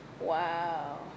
Wow